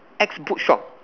X bookshop